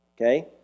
okay